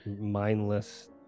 mindless